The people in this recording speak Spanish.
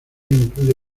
incluye